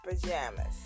pajamas